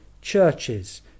churches